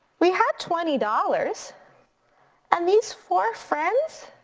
we had twenty dollars and these four friends,